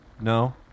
no